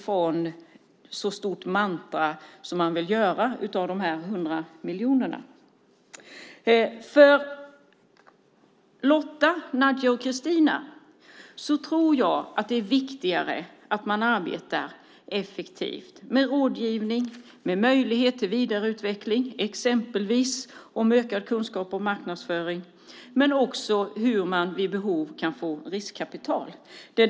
De 100 miljonerna är ett mantra. För Lotta, Nadja och Kristina tror jag att det är viktigare att man arbetar effektivt med rådgivning, möjlighet till vidareutveckling, exempelvis med ökad kunskap om marknadsföring, och om hur man vid behov kan få riskkapital.